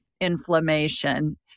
inflammation